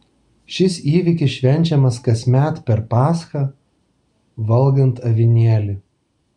šis įvykis švenčiamas kasmet per paschą valgant avinėlį